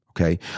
Okay